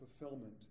fulfillment